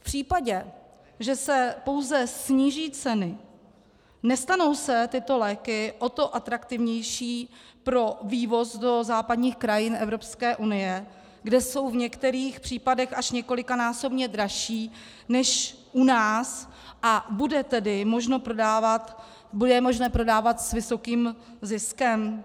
V případě, že se pouze sníží ceny, nestanou se tyto léky o to atraktivnější pro vývoz do západních krajin Evropské unie, kde jsou v některých případech až několikanásobně dražší než u nás, a bude tedy možno je prodávat s vysokým ziskem?